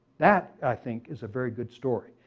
that, i think, is a very good story.